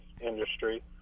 industry